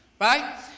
right